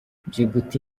djibouti